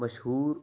مشہور